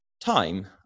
time